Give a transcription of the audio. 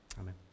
Amen